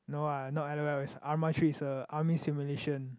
no ah not l_o_l is arma three is a army simulation